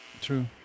True